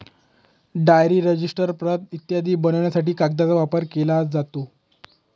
diary, register, प्रत इत्यादी बनवण्यासाठी कागदाचा वापर केला जातो